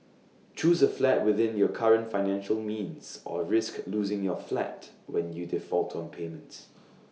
choose A flat within your current financial means or risk losing your flat when you default on payments